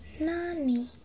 Nani